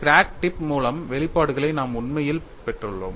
crack tip மூலம் வெளிப்பாடுகளை நாம் உண்மையில் பெற்றுள்ளோம்